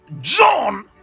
John